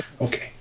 Okay